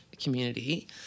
community